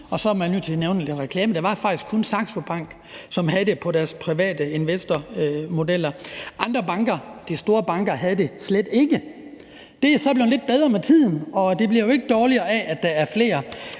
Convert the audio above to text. og så er man nødt til at nævne, at det er reklame – Saxo Bank, som havde det på deres private investormodeller. Andre banker, de store banker, havde det slet ikke. Det er så blevet lidt bedre med tiden, og det bliver jo ikke dårligere af, at der er flere